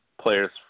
players